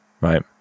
Right